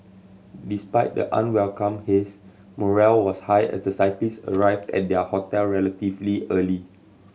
despite the unwelcome haze morale was high as the cyclist arrived at their hotel relatively early